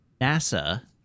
nasa